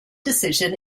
decision